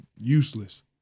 Useless